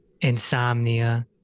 insomnia